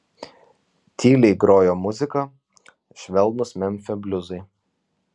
tyliai grojo muzika švelnūs memfio bliuzai